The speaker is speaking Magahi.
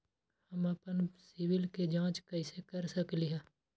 हम अपन सिबिल के जाँच कइसे कर सकली ह?